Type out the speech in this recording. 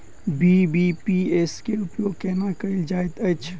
BBPS केँ उपयोग केना कएल जाइत अछि?